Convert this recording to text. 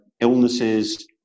illnesses